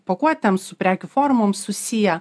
pakuotėm su prekių formom susiję